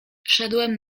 wszedłem